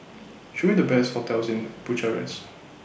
Show Me The Best hotels in Bucharest